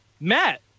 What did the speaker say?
Matt